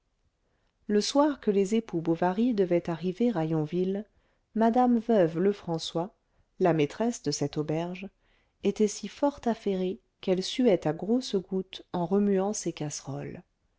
le soir que les époux bovary devaient arriver à yonville madame veuve lefrançois la maîtresse de cette auberge était si fort affairée qu'elle suait à grosses gouttes en remuant ses casseroles